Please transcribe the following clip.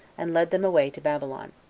and led them away to babylon.